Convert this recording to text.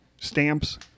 stamps